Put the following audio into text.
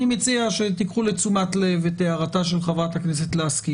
אני מציע שתיקחו לתשומת לב את הערתה של חברת הכנסת לסקי